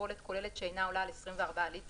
בקיבולת כוללת שאינה עולה על 24 ליטרים,